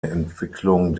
entwicklung